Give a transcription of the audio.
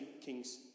Kings